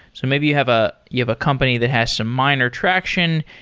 so maybe you have ah you have a company that has some minor traction,